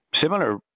similar